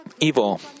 evil